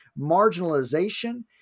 marginalization